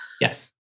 Yes